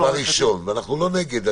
אנחנו לא נגד.